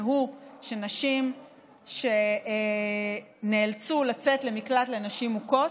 והוא שנשים שנאלצו לצאת למקלט לנשים מוכות,